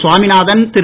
Swaminathan Thiru